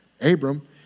Abram